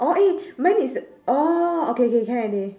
oh eh mine is oh okay K can already